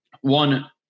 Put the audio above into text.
one